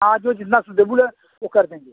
हाँ जो जितना सूटेबुल है वो कर देंगे